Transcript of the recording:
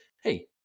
Hey